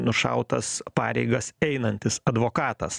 nušautas pareigas einantis advokatas